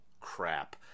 crap